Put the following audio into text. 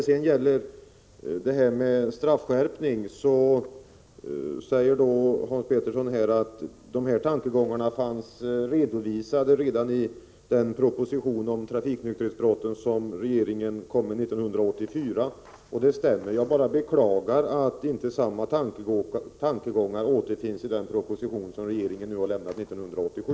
Om straffskärpningen säger Hans Pettersson att dessa tankegångar fanns redovisade redan i propositionen om trafikonykterhetsbrotten som regeringen lade fram 1984. Det stämmer. Jag bara beklagar att inte samma tankegångar återfinns i den proposition som regeringen lämnade 1987.